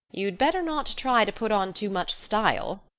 you'd better not try to put on too much style,